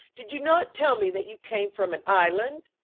did you not tell me that you came from an island?